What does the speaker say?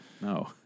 No